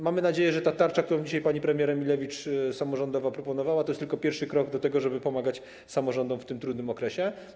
Mamy nadzieję, że ta tarcza, którą dzisiaj pani premier Emilewicz zaproponowała samorządom, to tylko pierwszy krok do tego, żeby pomagać samorządom w tym trudnym okresie.